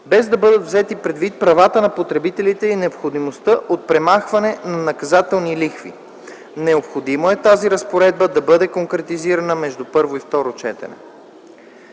без да бъдат взети предвид правата на потребителите и необходимостта от премахване на наказателните лихви. Необходимо е тази разпоредба да бъде конкретизирана между първо и второ четене.